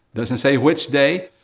doesn't say which day.